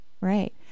Right